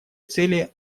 цели